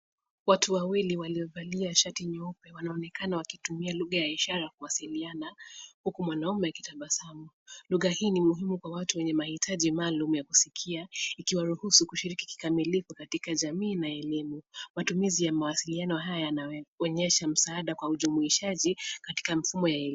Watu wawili waliovalia shati nyeupe wanaonekana wakitumia lugha ya ishara kuwasiliana huku mwanaume akitabasamu. Lugha hii ni muhimu kwa watu wenye mahitaji maalum ya kusikia ikiwaruhusu kushiriki kikamilifu katika jamii na elimu. Matumizi ya mawasiliano haya yanaonyesha msaada kwa ujumuishaji katika mfumo ya elimu.